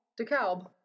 DeKalb